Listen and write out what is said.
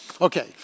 Okay